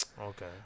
Okay